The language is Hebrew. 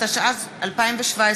התשע"ז 2017,